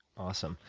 awesome.